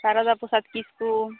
Sarada Prasad Kisku